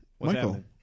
michael